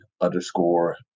underscore